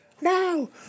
No